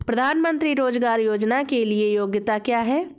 प्रधानमंत्री रोज़गार योजना के लिए योग्यता क्या है?